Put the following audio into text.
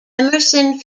emerson